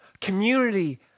Community